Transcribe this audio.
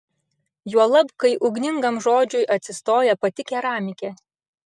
juolab kai ugningam žodžiui atsistoja pati keramikė